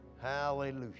Hallelujah